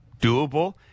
doable